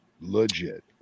Legit